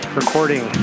recording